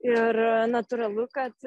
ir natūralu kad